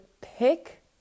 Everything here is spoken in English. pick